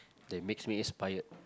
that makes me inspired